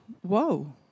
whoa